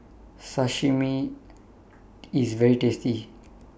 Sashimi IS very tasty